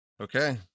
Okay